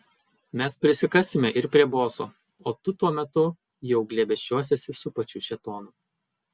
mes prisikasime ir prie boso o tu tuo metu jau glėbesčiuosiesi su pačiu šėtonu